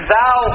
Thou